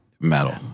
metal